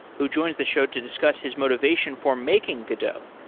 who joins the show to discuss his motivation for making godot.